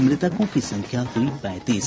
मृतकों की संख्या हुई पैंतीस